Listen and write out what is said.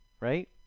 right